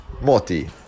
Moti